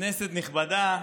כנסת נכבדה,